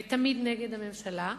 ותמיד נגד הממשלה,